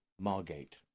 Margate